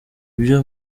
ibyo